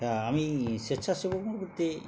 হ্যাঁ আমি স্বেচ্ছাসেবক হতে